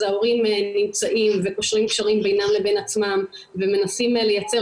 אז ההורים נמצאים וקושרים קשרים בינם לבין עצמם ומנסים לייצר